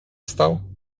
wstał